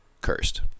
cursed